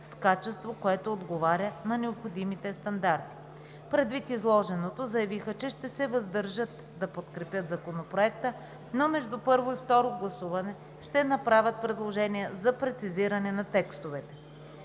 с качество, което отговаря на необходимите стандарти. Предвид изложеното, заявиха, че ще се въздържат да подкрепят Законопроекта, но между първо и второ гласуване ще направят предложения за прецизиране на текстовете.